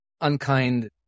unkind